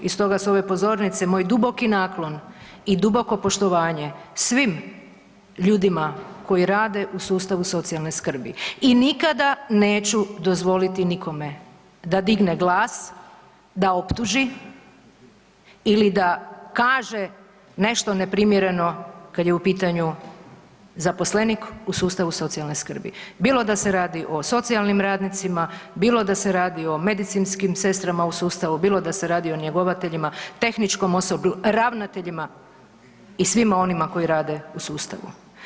I stoga s ove pozornice moj duboki naklon i duboko poštovanje svim ljudima koji rade u sustavu socijalne skrbi i nikada neću dozvoliti nikome da digne glas, da optuži ili da kaže nešto neprimjereno kad je u pitanju zaposlenik u sustavu socijalne skrbe, bilo da se radi o socijalnim radnicima, bilo da se radi o medicinskim sestrama u sustavu, bilo da se radi o njegovateljima, tehničkom osoblju, ravnateljima i svima onima koji rade u sustavu.